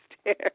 stairs